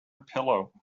pillow